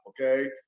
okay